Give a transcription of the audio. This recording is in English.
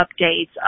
updates